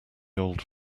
old